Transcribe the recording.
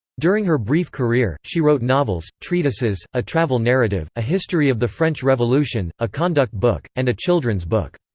during her brief career, she wrote novels, treatises, a travel narrative, a history of the french revolution, a conduct book, and a children's book.